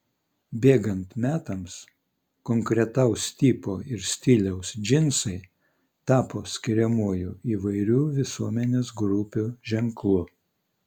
bėgant metams konkretaus tipo ir stiliaus džinsai tapo skiriamuoju įvairių visuomenės grupių ženklu